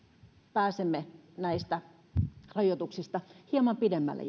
pääsemme näistä rajoituksista hieman pidemmälle